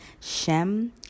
Shem